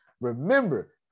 Remember